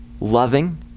loving